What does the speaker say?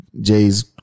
Jay's